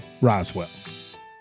Roswell